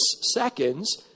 seconds